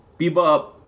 Bebop